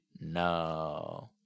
No